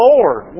Lord